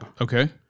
Okay